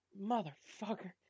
Motherfucker